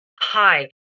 hi